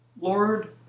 Lord